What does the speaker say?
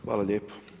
Hvala lijepo.